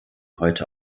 heute